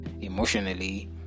emotionally